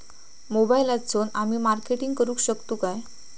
मोबाईलातसून आमी मार्केटिंग करूक शकतू काय?